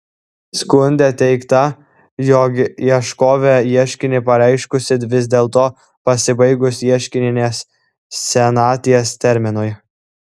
skunde teigta jog ieškovė ieškinį pareiškusi vis dėlto pasibaigus ieškininės senaties terminui